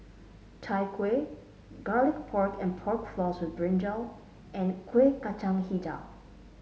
Chai Kueh Garlic Pork and Pork Floss with brinjal and Kuih Kacang hijau